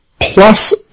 plus